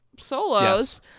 solos